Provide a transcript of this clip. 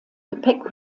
gepäck